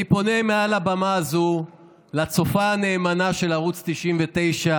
אני פונה מעל הבמה הזו לצופה הנאמנה של ערוץ 99,